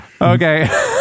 Okay